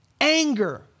anger